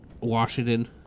Washington